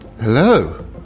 Hello